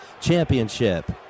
Championship